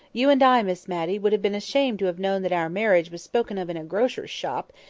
you and i, miss matty, would have been ashamed to have known that our marriage was spoken of in a grocer's shop,